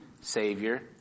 Savior